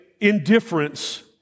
Indifference